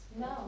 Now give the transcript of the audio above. No